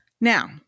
Now